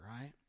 right